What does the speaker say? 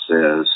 says